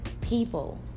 people